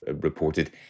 reported